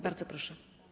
Bardzo proszę.